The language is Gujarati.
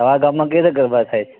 તમારા ગામમાં કઈ રીતે ગરબા થાય